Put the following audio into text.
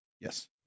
Yes